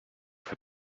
fais